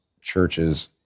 churches